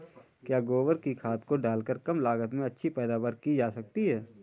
क्या गोबर की खाद को डालकर कम लागत में अच्छी पैदावारी की जा सकती है?